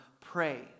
Pray